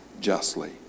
justly